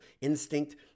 instinct